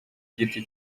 giti